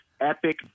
epic